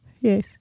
Yes